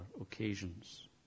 occasions